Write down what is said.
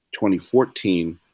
2014